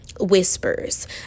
whispers